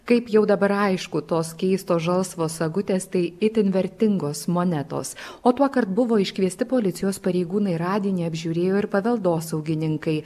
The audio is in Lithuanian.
kaip jau dabar aišku tos keistos žalsvos sagutės tai itin vertingos monetos o tuokart buvo iškviesti policijos pareigūnai radinį apžiūrėjo ir paveldosaugininkai